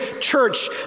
church